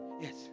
Yes